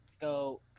go